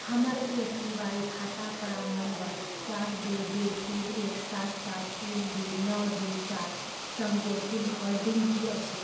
हमर A P Y खाता प्राण नम्बर चारि दू दू तीन एक सात सात तीन दू नओ दू चारि सङ्गे कुल होल्डिंग की अछि